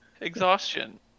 Exhaustion